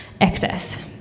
excess